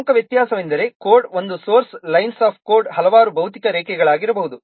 ಪ್ರಮುಖ ವ್ಯತ್ಯಾಸವೆಂದರೆ ಕೋಡ್ನ ಒಂದು ಸೋರ್ಸ್ ಲೈನ್ಸ್ ಆಫ್ ಕೋಡ್ ಹಲವಾರು ಭೌತಿಕ ರೇಖೆಗಳಾಗಿರಬಹುದು